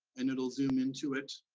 and it'll zoom into it.